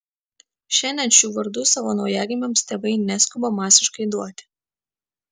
šiandien šių vardų savo naujagimiams tėvai neskuba masiškai duoti